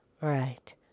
Right